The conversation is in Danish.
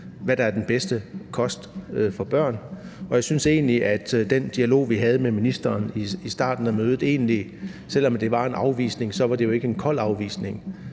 hvad der er den bedste kost for børn. Og jeg synes egentlig godt om den dialog, vi havde med ministeren i starten af mødet, for selv om det var en afvisning, var det jo ikke en kold afvisning.